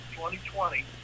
2020